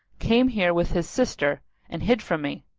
came here with his sister and hid from me.